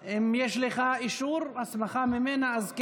אם יש לך אישור, הסמכה ממנה, אז כן.